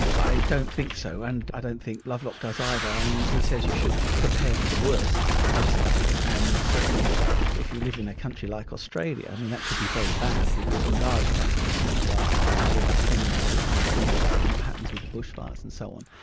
i don't think so, and i don't think lovelock does either. he says you should prepare for the worst, basically, and certainly if you live in a country like australia that could be very bad because large parts of the country are are arid or semiarid and we've all seen what happens with the bush fires and so on.